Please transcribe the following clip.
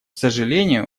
сожалению